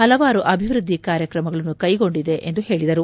ಹಲವಾರು ಅಭಿವೃದ್ದಿ ಕಾರ್ಯಕ್ರಮಗಳನ್ನು ಕ್ನೆಗೊಂಡಿದೆ ಎಂದು ಹೇಳಿದರು